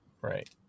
Right